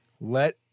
Let